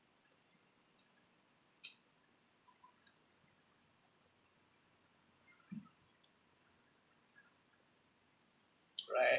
right